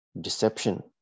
deception